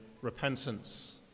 repentance